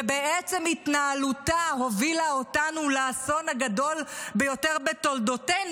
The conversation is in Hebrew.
ובעצם התנהלותה הובילה אותנו לאסון הגדול ביותר בתולדותינו.